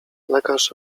lekarz